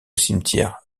cimetière